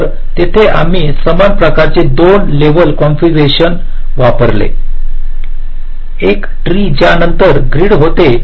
तर तिथे आम्ही समान प्रकारचे 2 लेवल कॉन्फिगरेशन वापरले एक ट्री ज्यानंतर ग्रीड होते